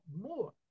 more